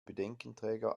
bedenkenträger